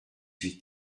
huit